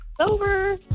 over